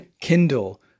Kindle